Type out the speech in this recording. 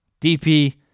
DP